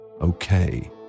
okay